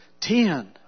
ten